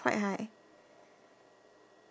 quite high